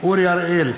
אורי אריאל,